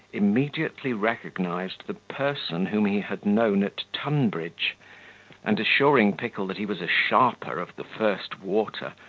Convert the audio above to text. immediately recognized the person, whom he had known at tunbridge and, assuring pickle that he was a sharper of the first water,